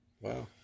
Wow